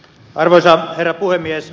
arvoisa herra puhemies